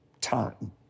time